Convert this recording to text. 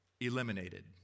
eliminated